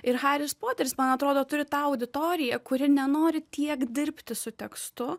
ir haris poteris man atrodo turi tą auditoriją kuri nenori tiek dirbti su tekstu